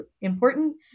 important